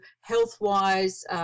health-wise